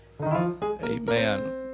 amen